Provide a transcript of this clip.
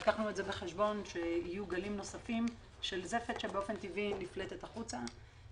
לקחנו בחשבון שיהיו גלים נוספים של זפת שבאופן טבעי נפלטת החוצה,